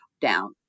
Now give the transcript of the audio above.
down